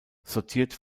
sortiert